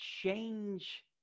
change